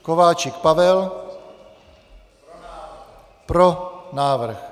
Kováčik Pavel: Pro návrh.